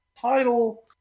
title